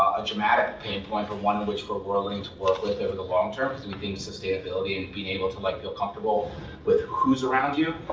a dramatic pain point, but one which we are willing to work with over the long-term, because we think sustainability and being able to like feel comfortable with whose around you,